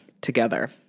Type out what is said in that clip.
together